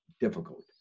difficult